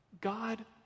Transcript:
God